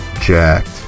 jacked